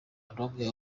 numwe